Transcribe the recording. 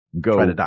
go